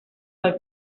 many